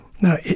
now